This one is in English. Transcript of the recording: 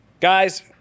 Guys